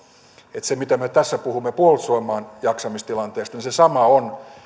että se sama mitä me tässä puhumme puolustusvoimain jaksamistilanteesta on